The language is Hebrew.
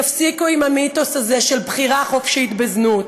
תפסיקו עם המיתוס הזה של בחירה חופשית בזנות.